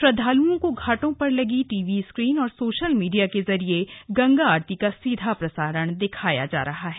श्रद्वाल्ओं को घाटों पर लगी टीवी स्क्रीन और सोशल मीडिया के जरिए गंगा आरती का सीधा प्रसारण दिखाया जा रहा है